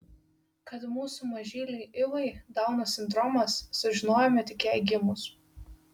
kad mūsų mažylei ivai dauno sindromas sužinojome tik jai gimus